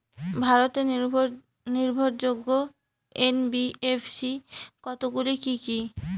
ভারতের নির্ভরযোগ্য এন.বি.এফ.সি কতগুলি কি কি?